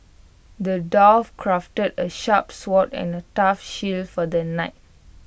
the dwarf crafted A sharp sword and A tough shield for the knight